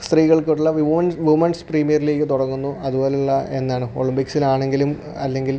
സ്ത്രീകൾക്കുള്ള വ്യൂവോൺസ് women's premier league തുടങ്ങുന്നു അതുപോലെയുള്ള എന്താണ് ഒളിമ്പിക്സിലാണെങ്കിലും അല്ലെങ്കിൽ